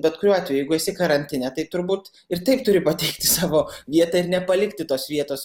bet kuriuo atveju jeigu esi karantine tai turbūt ir taip turi pateikti savo vietą ir nepalikti tos vietos